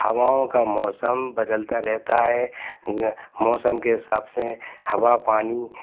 हवाओं का मौसम बदलता रहता है मौसम के हिसाब से हवा पानी